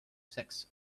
sex